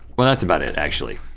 well that's about it actually.